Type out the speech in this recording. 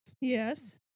Yes